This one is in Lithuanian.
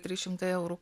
trys šimtai eurų